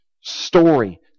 story